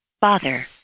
Father